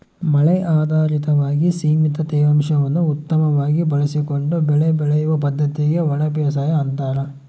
ಮಳೆ ಆಧಾರಿತವಾಗಿ ಸೀಮಿತ ತೇವಾಂಶವನ್ನು ಉತ್ತಮವಾಗಿ ಬಳಸಿಕೊಂಡು ಬೆಳೆ ಬೆಳೆಯುವ ಪದ್ದತಿಗೆ ಒಣಬೇಸಾಯ ಅಂತಾರ